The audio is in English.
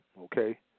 Okay